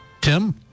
Tim